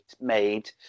made